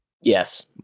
Yes